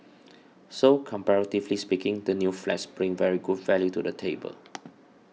so comparatively speaking the new flats bring very good value to the table